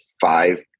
five